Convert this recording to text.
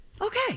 Okay